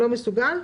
מסוגל.